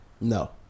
No